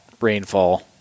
rainfall